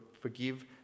forgive